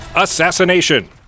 Assassination